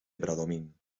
bradomín